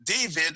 David